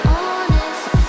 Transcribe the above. honest